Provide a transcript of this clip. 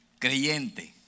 Creyente